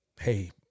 hey